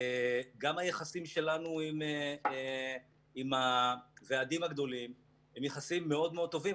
גם היחסים שלנו עם הוועדים הגדולים הם יחסים מאוד טובים.